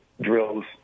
drills